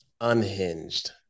unhinged